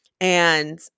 and-